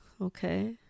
Okay